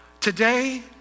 Today